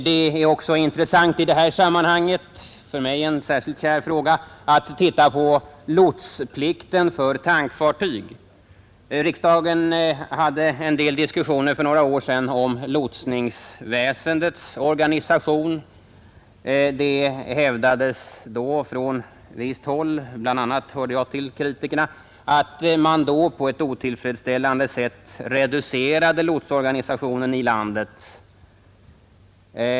Det är också intressant i detta sammanhang att se på lotsplikten för tankfartyg — för mig en särskilt kär fråga. Riksdagen hade en del diskussioner för några år sedan om lotsväsendets organisation. Det hävdades då från visst håll — bl.a. hörde jag till kritikerna — att man på ett otillfredsställande sätt reducerade lotsorganisationen i landet.